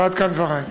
עד כאן דברי.